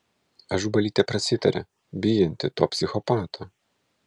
ažubalytė prasitarė bijanti to psichopato